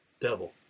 Devil